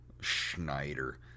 Schneider